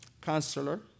Counselor